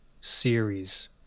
series